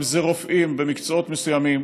אם זה רופאים במקצועות מסוימים.